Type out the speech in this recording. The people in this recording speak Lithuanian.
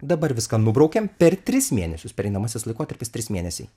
dabar viską nubraukiam per tris mėnesius pereinamasis laikotarpis trys mėnesiai